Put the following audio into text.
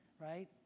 right